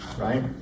Right